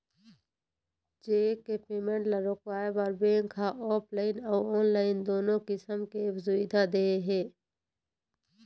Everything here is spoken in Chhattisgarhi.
चेक के पेमेंट ल रोकवाए बर बेंक ह ऑफलाइन अउ ऑनलाईन दुनो किसम के सुबिधा दे हे